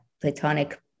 Platonic